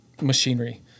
machinery